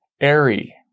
airy